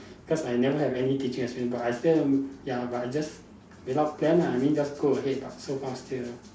cause I never have any teaching experience but I still ya but I just without plan ah I mean just go ahead but so far still